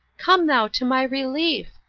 come thou to my relief.